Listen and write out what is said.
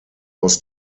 aus